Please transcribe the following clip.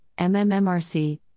MMMRC